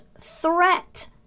threat